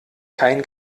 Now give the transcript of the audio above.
kein